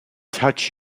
touch